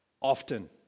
often